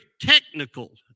technical